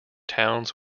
towns